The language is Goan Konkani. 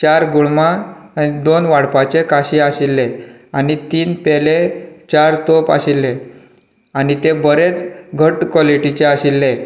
चार गुळमां दोन वाडपाचे काशे आशिल्ले आनी तीन पेले चार तोप आशिल्ले आनी तें बरेंच घट क्विलिटीचे आशिल्ले आनी